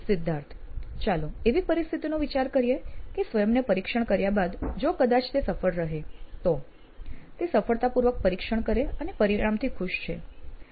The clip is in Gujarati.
સિદ્ધાર્થ ચાલો એવી પરિસ્થિતિનો વિચાર કરીએ કે સ્વયંને પરીક્ષણ કર્યા બાદ જો કદાચ તે સફળ રહે તો તે સફળતાપૂર્વક પરીક્ષણ કરે અને પરિણામથી ખુશ છે